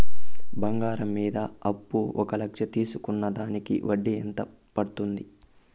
బంగారం మీద అప్పు ఒక లక్ష తీసుకున్న దానికి వడ్డీ ఎంత పడ్తుంది?